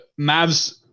Mavs